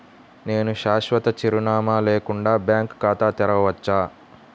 నేను శాశ్వత చిరునామా లేకుండా బ్యాంక్ ఖాతా తెరవచ్చా?